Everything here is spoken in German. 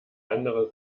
andere